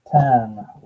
ten